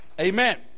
Amen